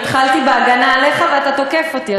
אני התחלתי בהגנה עליך ואתה תוקף אותי,